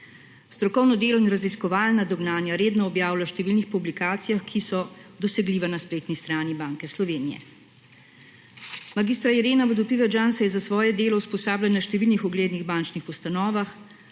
Strokovno delo in raziskovalna dognanja redno objavlja v številnih publikacijah, ki so dosegljive na spletni strani Banke Slovenije. Mag. Irena Vodopivec Jean se je za svoje delo usposabljala na številnih uglednih bančnih ustanovah,